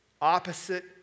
opposite